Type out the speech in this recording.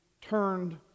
turned